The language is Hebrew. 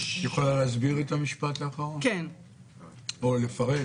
את יכולה להסביר את המשפט האחרון, או לפרט?